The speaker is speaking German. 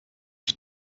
ich